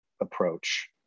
approach